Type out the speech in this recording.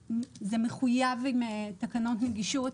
שמחויב על פי תקנות נגישות,